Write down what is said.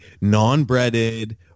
non-breaded